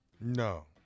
No